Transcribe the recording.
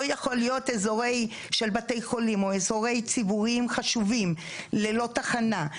יכול להיות אזורי בתי חולים או אזורים ציבוריים חשובים ללא תחנה,